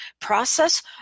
process